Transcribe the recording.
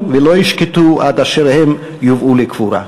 ולא ישקטו עד אשר הם יובאו לקבורה.